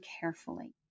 carefully